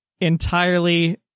entirely